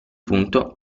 punto